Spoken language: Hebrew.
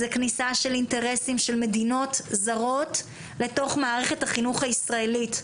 זה כניסה של אינטרסים של מדינות זרות לתוך מערכת החינוך הישראלית,